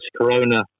Corona